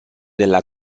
della